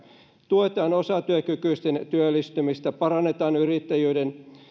tuetaan osatyökykyisten työllistymistä parannetaan yrittäjyyden